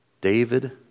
David